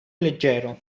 leggero